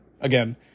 again